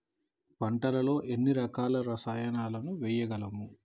పంటలలో ఎన్ని రకాల రసాయనాలను వేయగలము?